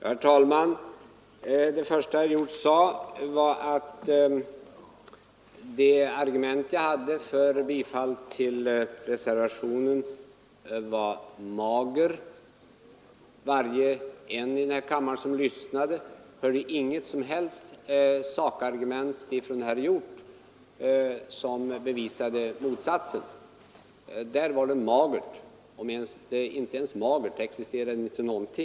Herr talman! Det första herr Hjorth sade var att de argument jag hade för bifall till reservationen var magra. Var och en i kammaren som lyssnade hörde inget som helst sakargument från herr Hjorth som motbevisade vad jag sagt. Hans anförande var inte ens magert — det existerade inga argument.